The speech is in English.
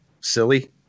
silly